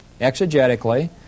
exegetically